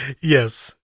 Yes